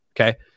Okay